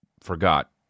forgot